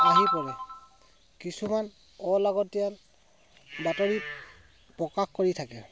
আহি পৰে কিছুমান অলাগতীয়াল বাতৰি প্ৰকাশ কৰি থাকে